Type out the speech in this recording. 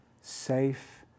safe